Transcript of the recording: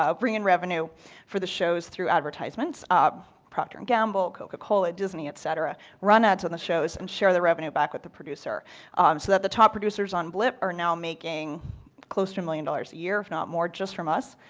ah bring in revenue for the shows through advertisements, procter and gamble, coca-cola, disney, et cetera run ads on the shows and share the revenue back with the producer so that the top producers on blip are now making close to a million dollars a year, if not more, just from us.